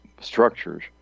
structures